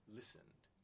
listened